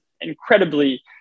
incredibly